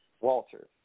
Walter